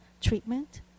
treatment